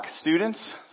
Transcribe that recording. students